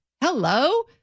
hello